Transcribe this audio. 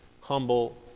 humble